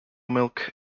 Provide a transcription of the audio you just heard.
milk